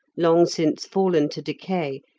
long since fallen to decay,